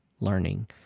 learning